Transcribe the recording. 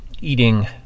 eating